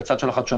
ובצד של החדשנות,